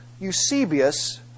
Eusebius